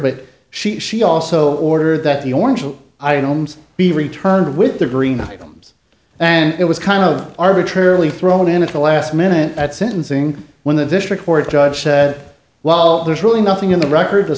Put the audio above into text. but she she also ordered that the orange i don't be returned with the green items and it was kind of arbitrarily thrown in at the last minute at sentencing when the district court judge said well there's really nothing in the record t